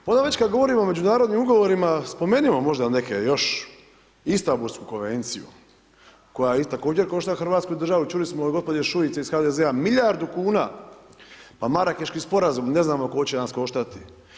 Onda već kad govorimo o međunarodnim ugovorima spomenimo možda neke još Istanbulsku konvenciju koja također košta Hrvatsku državu čuli smo od gospođe Šuice iz HDZ-a milijardu kuna, a Marakeški sporazum ne znamo koliko će nas koštati.